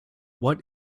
what